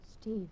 Steve